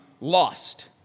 lost